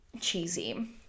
cheesy